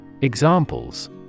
Examples